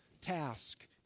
task